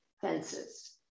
fences